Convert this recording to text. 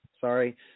Sorry